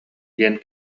диэн